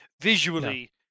visually